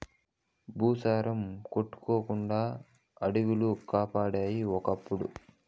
భూసారం కొట్టుకుపోకుండా అడివిలు కాపాడేయి ఒకప్పుడు